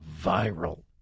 viral